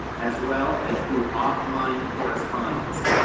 as well as through offline correspondence.